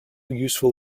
useful